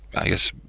i guess,